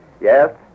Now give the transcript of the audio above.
Yes